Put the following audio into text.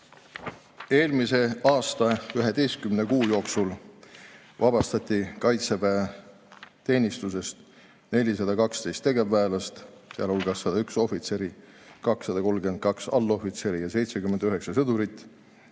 Eelmise aasta 11 kuu jooksul vabastati kaitseväeteenistusest 412 tegevväelast, sealhulgas 101 ohvitseri, 232 allohvitseri ja 79 sõdurit.